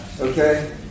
Okay